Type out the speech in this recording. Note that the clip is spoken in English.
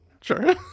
Sure